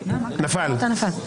נפל.